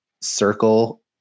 circle